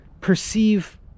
perceive